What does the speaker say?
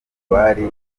bari